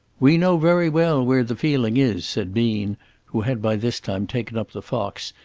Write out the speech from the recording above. we know very well where the feeling is, said bean who had by this time taken up the fox,